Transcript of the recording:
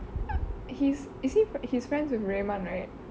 his is he his friends with rayman right